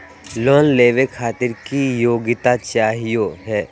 Loan लेवे खातीर की योग्यता चाहियो हे?